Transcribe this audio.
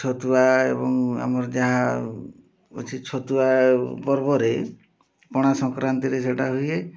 ଛତୁଆ ଏବଂ ଆମର ଯାହା ଅଛି ଛତୁଆ ପର୍ବରେ ପଣାସଂକ୍ରାନ୍ତିରେ ସେଇଟା ହୁଏ